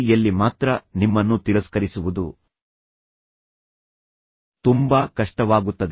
ಯಲ್ಲಿ ಮಾತ್ರ ನಿಮ್ಮನ್ನು ತಿರಸ್ಕರಿಸುವುದು ತುಂಬಾ ಕಷ್ಟವಾಗುತ್ತದೆ